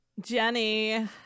Jenny